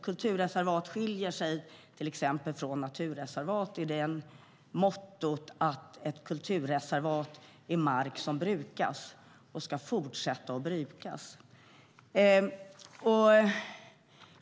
Kulturreservat skiljer sig från till exempel naturreservat i så måtto att ett kulturreservat är mark som brukas och ska fortsätta att brukas.